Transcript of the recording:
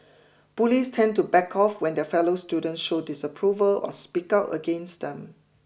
bullies tend to back off when their fellow student show disapproval or speak out against them